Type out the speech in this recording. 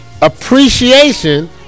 appreciation